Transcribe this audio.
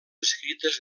escrites